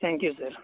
thank you sir